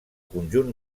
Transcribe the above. conjunt